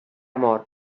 mort